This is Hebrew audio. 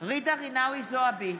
ג'ידא רינאוי זועבי,